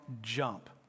jump